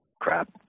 Crap